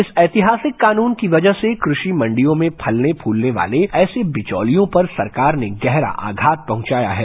इस ऐतिहासिक कानून की वजह से क्रेषि मंडियों में फलने फूलने वाले ऐसे बिचौलियों पर सरकार ने गहरा आघात पहुंचाया है